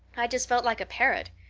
i just felt like a parrot.